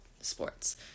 sports